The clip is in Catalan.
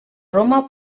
roma